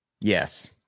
yes